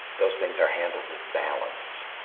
those things are handled with balance.